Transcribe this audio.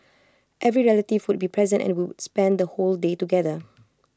every relative would be present and we would spend the whole day together